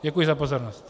Děkuji za pozornost.